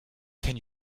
can